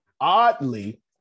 oddly